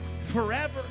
forever